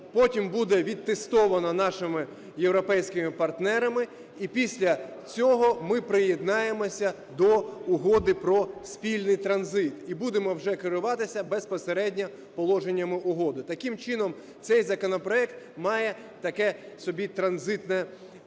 потім буде відтестовано нашими європейськими партнерами, і після цього ми приєднаємося до Угоди про спільний транзит і будемо вже керуватися безпосередньо положеннями угоди. Таким чином, цей законопроект має собі транзитне значення